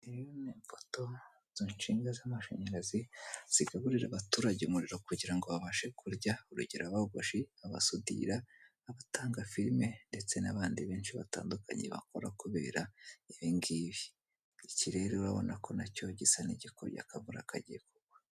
imbuto izo nshinga z'amashanyarazi zigaburira abaturage umuriro kugira ngo babashe kurya, urugero bagoshi, abasudira, abatanga filime ndetse n'abandi benshi batandukanye ,bakora kubera ibingibi ikirere urabona ko nacyo gisa n'igikubye akavura kagiye kubagwa.